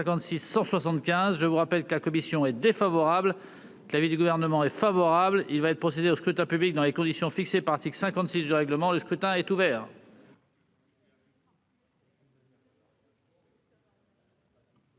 Je rappelle que l'avis de la commission est défavorable et que celui du Gouvernement est favorable. Il va être procédé au scrutin dans les conditions fixées par l'article 56 du règlement. Le scrutin est ouvert.